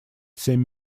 семь